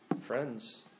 Friends